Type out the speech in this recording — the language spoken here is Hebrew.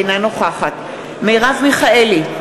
אינה נוכחת מרב מיכאלי,